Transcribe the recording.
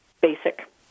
basic